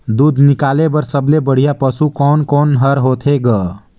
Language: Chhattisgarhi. दूध निकाले बर सबले बढ़िया पशु कोन कोन हर होथे ग?